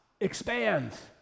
expands